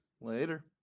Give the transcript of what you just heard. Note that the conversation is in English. Later